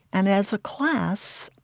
and, as a class,